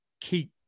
keep